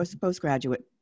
postgraduate